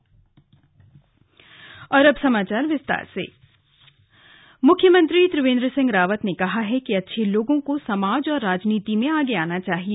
young leaders conclave मुख्यमंत्री त्रिवेन्द्र सिंह रावत ने कहा है कि अच्छे लोगों को समाज और राजनीति में आगे आना चाहिए